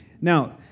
Now